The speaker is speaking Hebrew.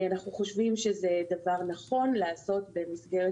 אנחנו חושבים שזה דבר נכון לעשות במסגרת